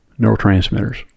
neurotransmitters